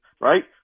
right